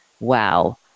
wow